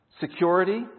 Security